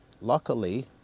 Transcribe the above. luckily